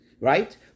right